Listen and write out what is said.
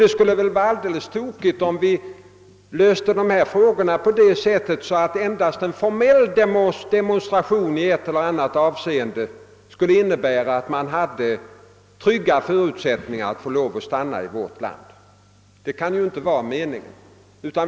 Det skulle väl vara alldeles tokigt om vi löste dessa problem så att endast en formell demonstration i ett eller annat avseende vore tillräckligt för att få betryggande säkerhet att få stanna i vårt land. Det kan ju inte vara meningen.